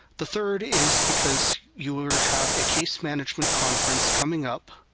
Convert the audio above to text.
the third is because you will have a case management conference coming up.